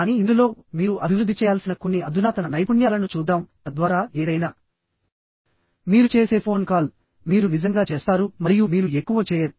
కానీ ఇందులోమీరు అభివృద్ధి చేయాల్సిన కొన్ని అధునాతన నైపుణ్యాలను చూద్దాంతద్వారా ఏదైనా మీరు చేసే ఫోన్ కాల్మీరు నిజంగా చేస్తారు మరియు మీరు ఎక్కువ చేయరు